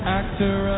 actor